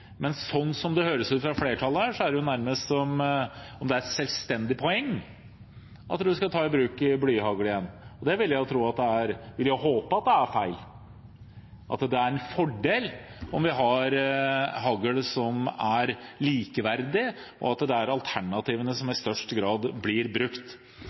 Sånn som det høres ut fra flertallet, er det nærmest som om det er et selvstendig poeng at man skal ta i bruk blyhagl igjen. Det vil jeg håpe at er feil, og at det er en fordel at vi har hagl som er likeverdig, og at det er alternativene som i størst grad blir brukt. Uansett om vi ikke skal ha en diskusjon om hvor stor effekten av den haglen som blir brukt